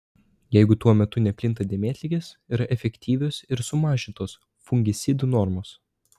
jeigu tuo metu neplinta dėmėtligės yra efektyvios ir sumažintos fungicidų normos